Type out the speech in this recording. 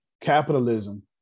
capitalism